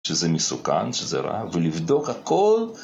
שזה מסוכן, שזה רע, ולבדוק הכל.